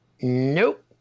Nope